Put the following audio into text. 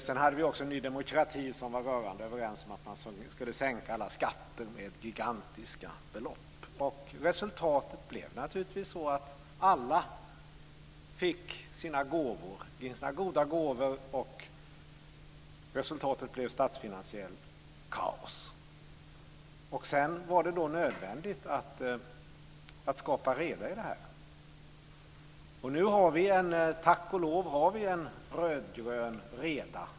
Sedan hade vi också Ny demokrati som var rörande överens om att man skulle sänka alla skatter med gigantiska belopp. Det som hände var naturligtvis att alla fick ge sina goda gåvor, och resultatet blev statsfinansiellt kaos. Sedan var det då nödvändigt att skapa reda i det här. Och nu har vi - tack och lov - en rödgrön reda.